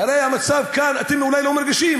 כי הרי המצב כאן, אתם אולי לא מרגישים.